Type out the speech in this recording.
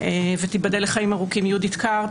ותיבדל לחיים ארוכים יהודית קרפ